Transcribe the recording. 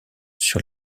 sur